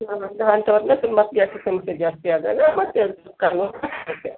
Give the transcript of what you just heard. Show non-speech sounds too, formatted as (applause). (unintelligible) ಮತ್ತೆ ಗ್ಯಾಸ್ಟಿಕ್ ಸಮಸ್ಯೆ ಜಾಸ್ತಿ ಆದಾಗ ಮತ್ತೆ ಅದು ಕಾಲು ನೋವು ಸ್ಟಾರ್ಟ್ ಆಗುತ್ತೆ